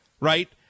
right